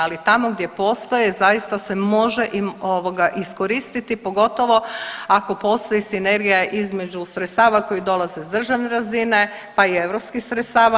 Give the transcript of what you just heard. Ali tamo gdje postoje zaista se može iskoristiti pogotovo ako postoji sinergija između sredstava koja dolaze s državne razine, pa i europskih sredstava.